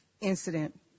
incident